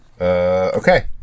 Okay